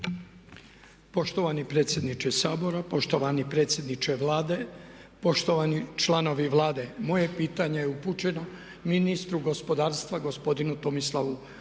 Poštovani predsjedniče Sabora. Poštovani predsjedniče Vlade, poštovani članovi Vlade. Moje pitanje je upućeno ministru gospodarstvu, gospodinu Tomislavu